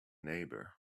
neighbour